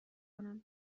کنم